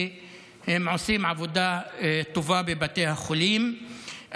כי הם עושים עבודה טובה בבתי החולים.